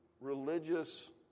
religious